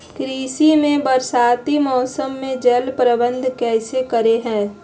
कृषि में बरसाती मौसम में जल प्रबंधन कैसे करे हैय?